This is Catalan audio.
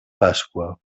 pasqua